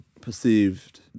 perceived